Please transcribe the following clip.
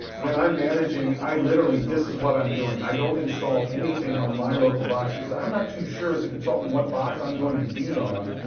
when i'm managing, i literally, this is what i'm doing. i don't install anything on my local box because i'm not too sure as a consultant what box i'm going to be on.